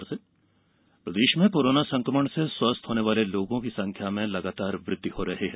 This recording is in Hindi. कोरोना स्वस्थ प्रदेश में कोरोना संकमण से स्वस्थ होने वाले लोगों की संख्या में लगातार वृद्धि हो रही है